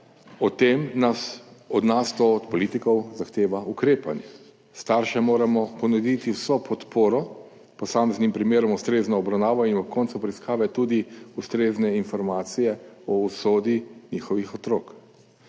od nas, politikov, zahteva ukrepanje, staršem moramo ponuditi vso podporo posameznim primerom, ustrezno obravnavo in ob koncu preiskave tudi ustrezne informacije o usodi njihovih otrok.